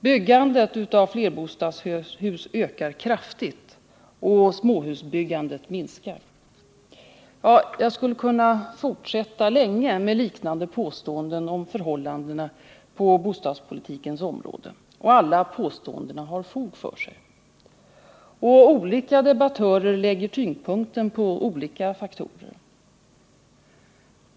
— Byggandet av flerbostadshus ökar kraftigt och småhusbyggandet minskar. Jag skulle kunna fortsätta länge med liknande påståenden om förhållandena på bostadspolitikens område. Alla påståendena har fog för sig. Olika debattörer lägger tyngdpunkten på olika faktorer.